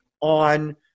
on